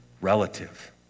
relative